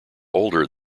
older